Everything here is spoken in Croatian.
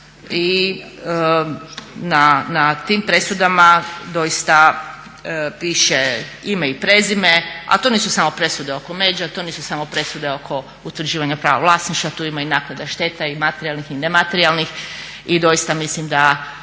i na tim presudama doista piše ime i prezime a to nisu samo presude oko međa, to nisu samo presude oko utvrđivanja prava vlasništva, tu ima i naknada šteta, i materijalnih i nematerijalnih i doista i doista